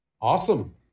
Awesome